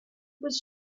was